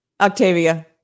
Octavia